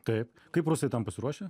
taip kaip rusai tam pasiruošę